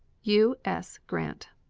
u s. grant.